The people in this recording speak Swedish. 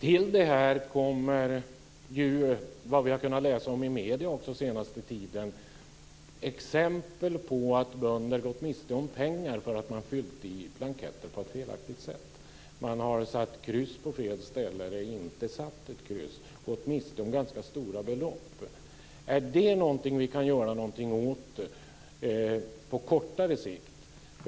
Till detta kommer ju - enligt vad vi har kunnat läsa i medierna under den senaste tiden - exempel på att bönder har gått miste om pengar därför att de har fyllt in blanketter på ett felaktigt sätt. Man har satt kryss på fel ställe eller inte satt kryss och därmed gått miste om ganska stora belopp. Är detta någonting vi kan göra någonting åt på kortare sikt?